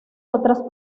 otras